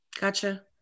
Gotcha